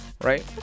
Right